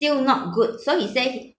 still not good so he say